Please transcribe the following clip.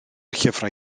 llyfrau